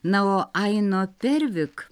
na o aino pervik